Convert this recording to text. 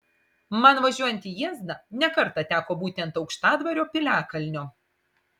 man važiuojant į jiezną ne kartą teko būti ant aukštadvario piliakalnio